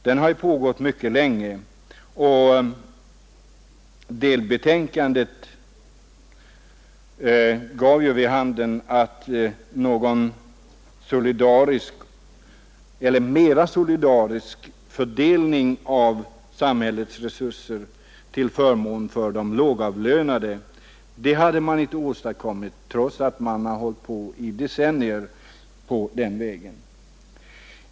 Den har ju pågått mycket länge, och delbetänkandet gav vid handen att någon mera solidarisk fördelning av samhällets resurser till förmån för de lågavlönade hade man inte åstadkommit, trots att man hållit på i decennier på den vägen.